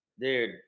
dude